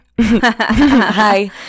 Hi